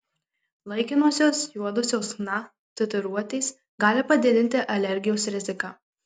laikinosios juodosios chna tatuiruotės gali padidinti alergijos riziką